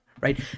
right